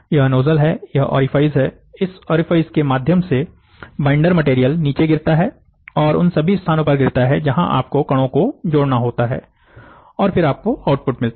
यह नोजल है यह ओरिफिस है इस ओरिफिस के माध्यम से बाइंडर मटेरियल नीचे गिरता है और उन सभी स्थानों पर गिरता है जहां आपको कणों को जोड़ना होता है और फिर आपको आउटपुट मिलता है